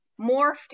morphed